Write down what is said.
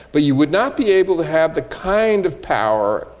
but you would not be able to have the kind of power,